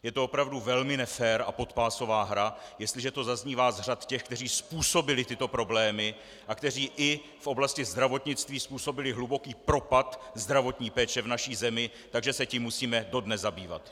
Je to opravdu velmi nefér a podpásová hra, jestliže to zaznívá z řad těch, kteří způsobili tyto problémy a kteří i v oblasti zdravotnictví způsobili hluboký propad zdravotní péče v naší zemi, takže se tím musíme dodnes zabývat!